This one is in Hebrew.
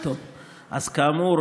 כאמור,